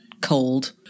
cold